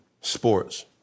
sports